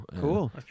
Cool